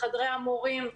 בחדרי המורים,